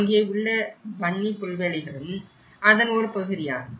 அங்கே உள்ள பன்னி புல்வெளிகளும் அதன் ஒரு பகுதியாகும்